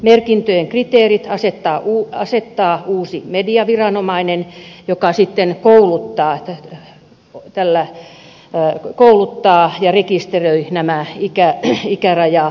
merkintöjen kriteerit asettaa uusi mediaviranomainen joka sitten kouluttaa ja rekisteröi nämä ikärajaluokittelijat